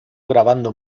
grabando